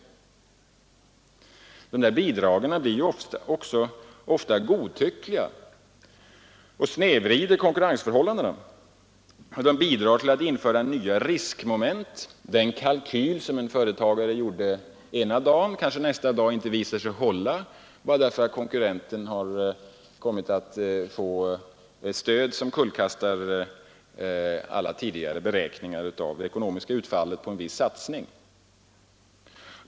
Bidragen blir ofta godtyckliga och snedvrider konkurrensförhållandena. De medför nya riskmoment. Den kalkyl, som en företagare gjort ena dagen, kanske nästa dag inte visar sig hålla därför att konkurrenten kommit att få ett stöd som omkullkastar alla tidigare beräkningar av det ekonomiska utfallet på en viss satsning.